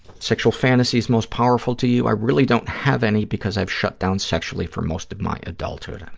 sexual fantasies most powerful to you. i really don't have any because i've shut down sexually for most of my adulthood. um